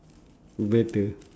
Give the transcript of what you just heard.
better